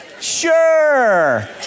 Sure